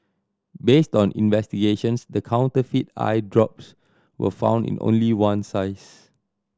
based on investigations the counterfeit eye drops were found in only one size